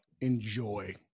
enjoy